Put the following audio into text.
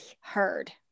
heard